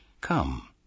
Come